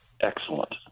excellent